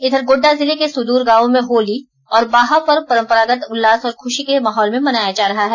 इधर गोड़डा जिले के सुद्र गांवों में होली और बाहा पर्व परंपरागत उल्लास और खुषी के माहौल में मनाया जा रहा है